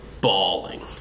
bawling